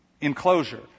enclosure